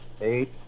Eight